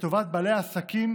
ולטובת בעלי העסקים,